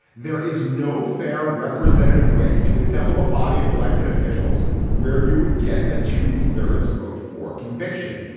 there is no fair representative way to assemble a body of elected officials where you would get a two thirds vote for conviction.